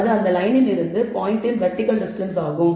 அது அந்த லயனில் இருந்து பாயின்ட்டின் வெர்டிகல் டிஸ்டன்ஸ் ஆகும்